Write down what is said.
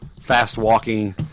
fast-walking